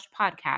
podcast